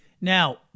Now